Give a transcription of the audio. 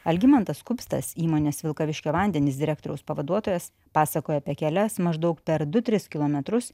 algimantas kupstas įmonės vilkaviškio vandenys direktoriaus pavaduotojas pasakoja apie kelias maždaug per du tris kilometrus